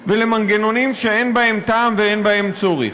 ולמנגנונים שאין בהם טעם ואין בהם צורך.